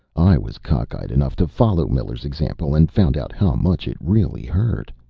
i was cockeyed enough to follow miller's example and found out how much it really hurt.